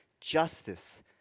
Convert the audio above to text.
justice